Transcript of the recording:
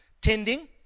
tending